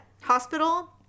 hospital